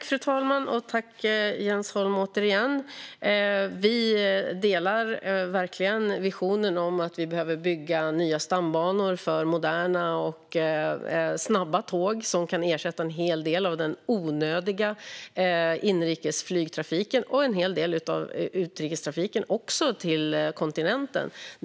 Fru talman! Vi delar verkligen visionen om att vi behöver bygga nya stambanor för moderna och snabba tåg som kan ersätta en hel del av den onödiga inrikesflygtrafiken, och också en hel del av utrikestrafiken till kontinenten.